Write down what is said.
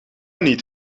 niet